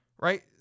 Right